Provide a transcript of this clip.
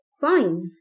Fine